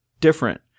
different